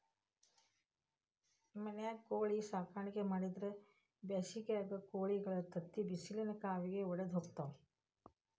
ಮನ್ಯಾಗ ಕೋಳಿ ಸಾಕಾಣಿಕೆ ಮಾಡಿದ್ರ್ ಬ್ಯಾಸಿಗ್ಯಾಗ ಕೋಳಿಗಳ ತತ್ತಿ ಬಿಸಿಲಿನ ಕಾವಿಗೆ ವಡದ ಹೋಗ್ತಾವ